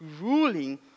ruling